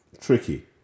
Tricky